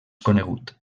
conegut